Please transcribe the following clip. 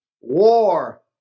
War